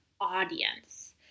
audience